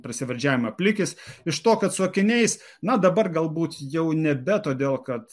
prasivardžiavimą plikis iš to kad su akiniais na dabar galbūt jau nebe todėl kad